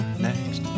next